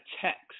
text